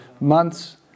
months